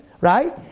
Right